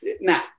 Now